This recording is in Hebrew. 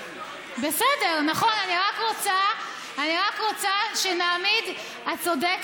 הבעיה שלך, בסדר, נכון, את צודקת.